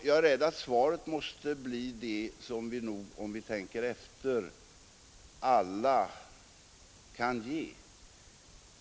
Jag är rädd för att svaret måste bli det som vi nog alla, om vi tänker efter, kan ge.